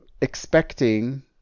expecting